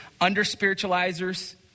under-spiritualizers